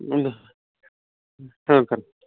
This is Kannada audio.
ಒಂದು ಹಾಂ ಕರೆ